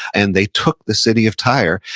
and they took the city of tyre.